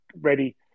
ready